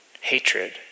hatred